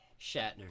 Shatner